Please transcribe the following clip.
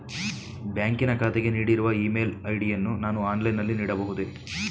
ಬ್ಯಾಂಕಿನ ಖಾತೆಗೆ ನೀಡಿರುವ ಇ ಮೇಲ್ ಐ.ಡಿ ಯನ್ನು ನಾನು ಆನ್ಲೈನ್ ನಲ್ಲಿ ನೀಡಬಹುದೇ?